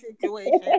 situation